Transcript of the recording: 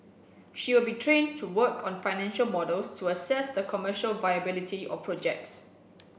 she will be trained to work on financial models to assess the commercial viability of projects